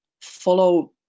follow